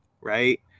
Right